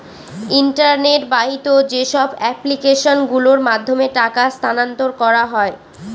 internet বাহিত যেসব application গুলোর মাধ্যমে টাকা স্থানান্তর করা হয়